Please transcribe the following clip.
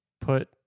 Put